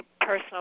personal